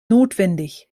notwendig